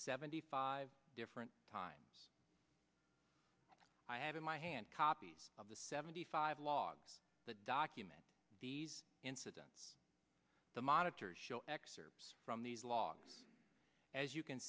seventy five different times i have in my hand copies of the seventy five logs that document these incidents the monitors show excerpts from these logs as you can